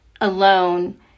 alone